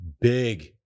big